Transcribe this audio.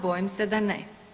Bojim se da ne.